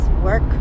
work